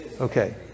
Okay